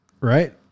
Right